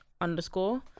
underscore